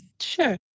Sure